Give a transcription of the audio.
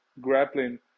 grappling